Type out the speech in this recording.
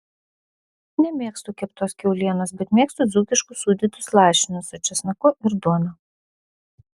nemėgstu keptos kiaulienos bet mėgstu dzūkiškus sūdytus lašinius su česnaku ir duona